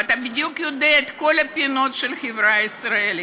ואתה יודע בדיוק את כל הפינות של החברה הישראלית,